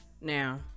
Now